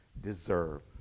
deserve